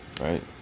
right